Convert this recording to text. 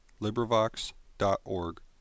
LibriVox.org